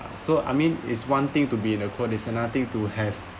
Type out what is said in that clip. so I mean it's one thing to be in the cold it's another thing to have